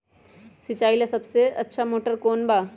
सिंचाई ला सबसे अच्छा मोटर कौन बा?